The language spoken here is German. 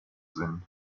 sind